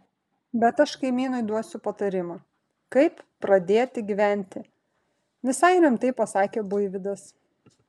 bet aš kaimynui duosiu patarimą kaip pradėti gyventi visai rimtai pasakė buivydas